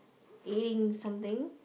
eating something